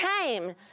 came